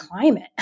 climate